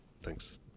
Thanks